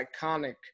iconic